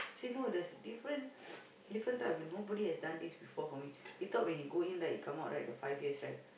say no there's different different type of nobody has done this before for me he thought when he go in right come out right the five years right